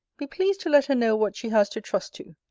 be pleased to let her know what she has to trust to.